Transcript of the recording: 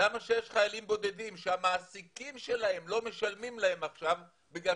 למה כשיש חיילים בודדים שהמעסיקים שלהם לא משלמים להם עכשיו בגלל